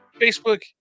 Facebook